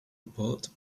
report